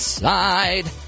side